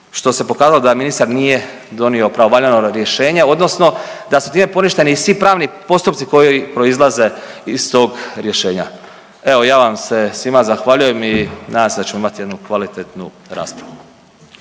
što se pokazalo da ministar nije donio pravovaljano rješenje odnosno da su time poništeni i svi pravni postupci koji proizlaze iz tog rješenja. Evo, ja vam se svima zahvaljujem i nadam se da ćemo imati jednu kvalitetnu raspravu.